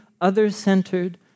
other-centered